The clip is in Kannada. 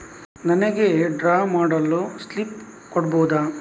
ನನಿಗೆ ಡ್ರಾ ಮಾಡಲು ಸ್ಲಿಪ್ ಕೊಡ್ಬಹುದಾ?